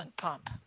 pump